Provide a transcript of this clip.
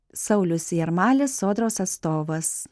saulius jarmalis sodros atstovas